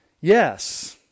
Yes